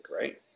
right